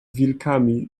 wilkami